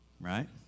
Right